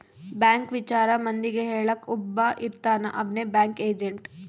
bank ವಿಚಾರ ಮಂದಿಗೆ ಹೇಳಕ್ ಒಬ್ಬ ಇರ್ತಾನ ಅವ್ನೆ ಬ್ಯಾಂಕ್ ಏಜೆಂಟ್